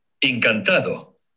Encantado